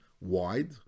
wide